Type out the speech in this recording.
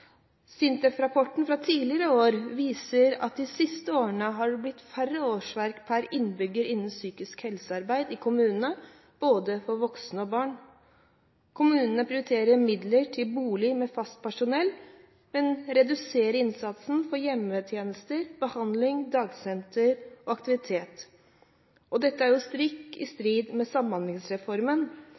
fra tidligere i år viser at de siste årene har det blitt færre årsverk per innbygger innen psykisk helsearbeid i kommunene, både for voksne og barn. Kommunene prioriterer midler til bolig med fast personell, men reduserer innsatsen for hjemmetjenester, behandling, dagsenter og aktiviteter. Dette er stikk i strid med Samhandlingsreformen,